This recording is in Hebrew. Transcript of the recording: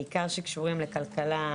בעיקר שקשורים לכלכלה,